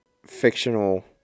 Fictional